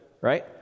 right